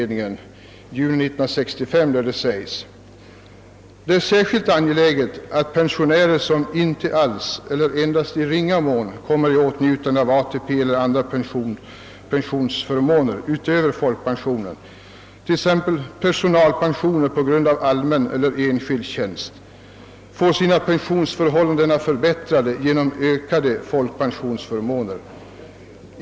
Direktiven utfärdades i juni år 1965, och det heter där: »Det är särskilt angeläget att pensionärer som inte alls eller i endast ringa mån kommer i åtnjutande av ATP eller andra pensioner utöver folkpensionen — t, ex. personalpensioner på grund av allmän eller enskild tjänst — får sina pensionsförhållanden förbättrade genom ökade folkpensionsförmåner.